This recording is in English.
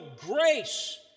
grace